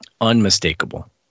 Unmistakable